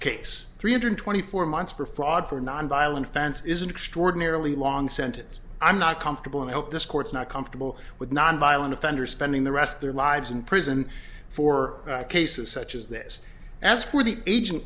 case three hundred twenty four months for fraud for nonviolent offense is an extraordinarily long sentence i'm not comfortable and i hope this court's not comfortable with nonviolent offenders spending the rest of their lives in prison for cases such as this a